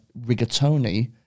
Rigatoni